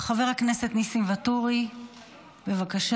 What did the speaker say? חבר הכנסת ניסים ואטורי, בבקשה.